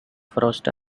frost